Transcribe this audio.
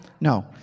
No